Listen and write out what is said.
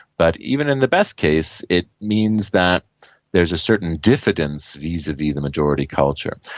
but even in the best case it means that there is a certain diffidence vis-a-vis the majority culture.